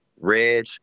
Reg